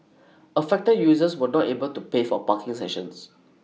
affected users were not able to pay for parking sessions